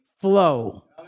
flow